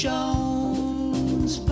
Jones